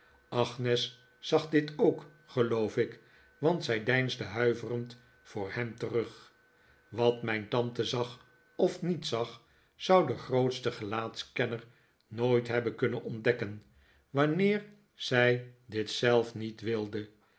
agnes zag dit ook geloof ik want zij deinsde huiverend voor hem terug wat mijn tante zag of niet zag zou de grootste gelaatskenner nooit hebben kunnen ontdekken wanneer zij dit zelf niet wilde